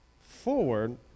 forward